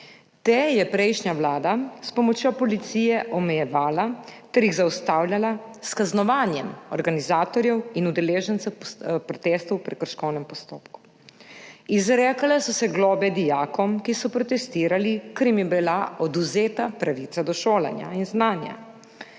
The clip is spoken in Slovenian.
Te je prejšnja vlada s pomočjo policije omejevala ter jih zaustavljala s kaznovanjem organizatorjev in udeležencev protestov v prekrškovnem postopku. Izrekale so se globe dijakom, ki so protestirali, ker jim je bila odvzeta pravica do šolanja in znanja,